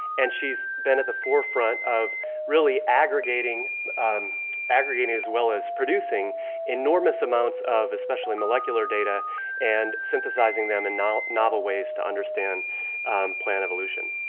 and she's been at the forefront of really aggregating um aggregating as well as producing enormous amounts of especially molecular data and synthesizing them in novel novel ways to understand plant evolution.